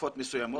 לתקופות מסוימות,